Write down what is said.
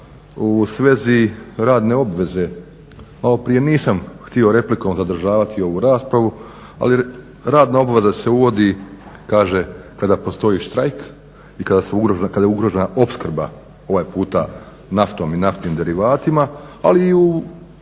u svezi radne obveze. Maloprije nisam htio replikom zadržavati ovu raspravu, ali radna obveza se uvodi kaže kada postoji štrajk i kada je ugrožena opskrba ovaj puta naftom i naftnim derivatima, ali i kada